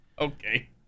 Okay